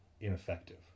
ineffective